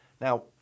Now